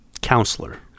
Counselor